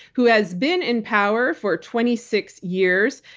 who has been in power for twenty six years.